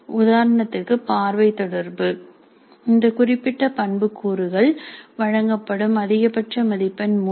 உதாரணத்திற்கு பார்வை தொடர்பு இந்த குறிப்பிட்ட பண்புக்கூறுகள் வழங்கப்படும் அதிகபட்ச மதிப்பெண் 3